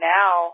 now